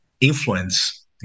influence